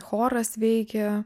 choras veikė